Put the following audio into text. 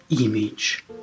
image